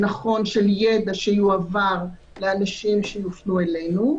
שנכון שידע יועבר לאנשים שיופנו אלינו.